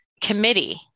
committee